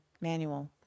manual